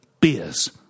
beers